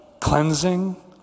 cleansing